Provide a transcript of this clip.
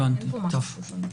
אין פה משהו שונה.